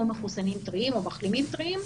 או מחוסנים טריים או מחלימים טריים,